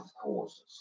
causes